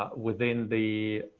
within the